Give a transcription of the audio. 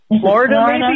Florida